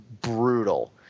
brutal